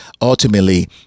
ultimately